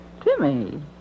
Timmy